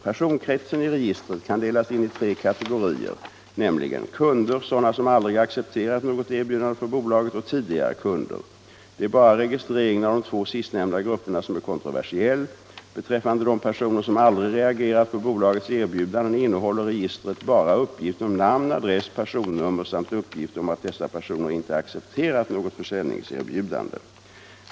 Personkretsen i registret kan delas in i tre kategorier, nämligen kunder, sådana som aldrig accepterat något erbjudande från bolaget och tidigare kunder. Det är bara registreringen av de två sistnämnda grupperna som är kontroversiell. Beträffande de personer som aldrig reagerat på bolagets erbjudanden innehåller registret bara uppgift om namn, adress, personnummer samt en anteckning om att dessa personer inte accepterat något försäljningserbjudande.